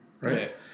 right